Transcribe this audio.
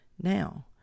now